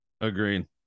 Agreed